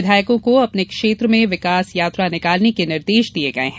विघायकों को अपने क्षेत्र में विकास यात्रा निकालने के निर्देश दिये गये है